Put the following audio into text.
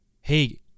hey